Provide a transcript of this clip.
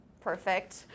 perfect